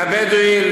לבדואי,